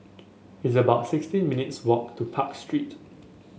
it's about sixteen minutes' walk to Park Street